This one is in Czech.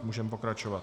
Můžeme pokračovat.